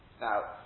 Now